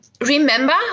Remember